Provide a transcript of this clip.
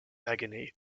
agony